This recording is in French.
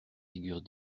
figure